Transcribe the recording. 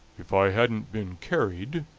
if i hadn't been carried,